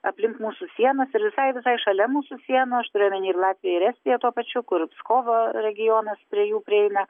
aplink mūsų sienas ir visai visai šalia mūsų sienų aš turiu omeny ir latviją ir estiją tuo pačiu kur pskovo regionas prie jų prieina